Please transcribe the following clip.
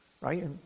right